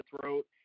throat